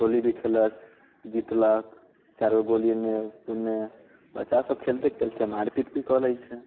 गोली भी खेललक जीतलक चारि गो गोली इने उने बच्चा सब खेलते खेलते मारि पीट भी कऽ लै छै